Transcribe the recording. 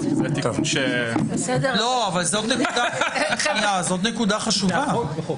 זאת נקודה חשובה.